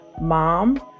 mom